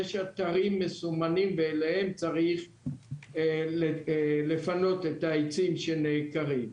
יש אתרים מסומנים ואליהם צריך לפנות את העצים שנעקרים,